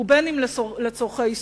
ואם לצורכי הישרדות.